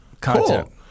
Content